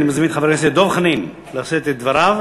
ואני מזמין את חבר הכנסת דב חנין לשאת את דבריו.